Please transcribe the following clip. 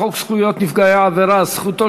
הצעת חוק זכויות נפגעי עבירה (זכותו